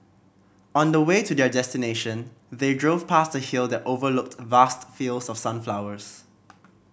on the way to their destination they drove past a hill that overlooked vast fields of sunflowers